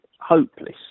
hopeless